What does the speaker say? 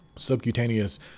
Subcutaneous